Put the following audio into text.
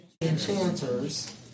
Enchanters